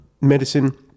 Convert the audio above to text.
medicine